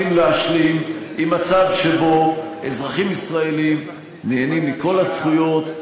להשלים עם מצב שבו אזרחים ישראלים נהנים מכל הזכויות,